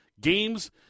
Games